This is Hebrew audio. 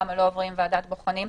כמה לא עוברים ועדת בוחנים.